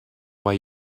why